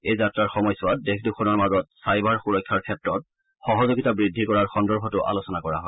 এই যাত্ৰাৰ সময়ছোৱাত দেশ দুখনৰ মাজত ছাইবাৰ সূৰক্ষাৰ ক্ষেত্ৰত সহযোগিতা বৃদ্ধি কৰাৰ সন্দৰ্ভতো আলোচনা কৰা হয়